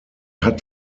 hat